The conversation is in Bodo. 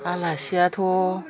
आलासियाथ'